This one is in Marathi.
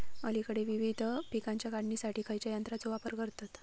अलीकडे विविध पीकांच्या काढणीसाठी खयाच्या यंत्राचो वापर करतत?